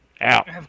Out